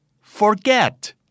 Forget